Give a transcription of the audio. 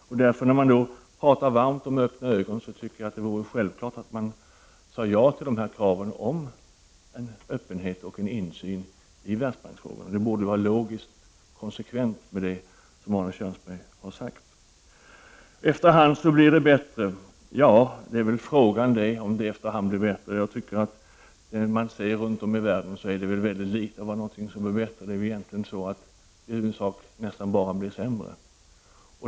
När det då talas varmt om öppna ögon tycker jag att det skulle vara självklart att man sade ja till dessa krav på en öppenhet och en insyn i världsbanksfrågorna. Det borde vara en logisk konsekvens av det som Arne Kjörnsberg har sagt. Det sades här tidigare att det blir bättre efter hand. Det är väl tveksamt. Jag tycker att det runt om i världen är mycket litet som blir bättre. Det blir väl i stället huvudsakligen sämre.